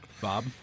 Bob